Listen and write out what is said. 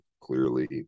clearly